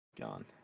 Gone